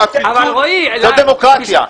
זאת דמוקרטיה.